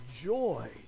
joy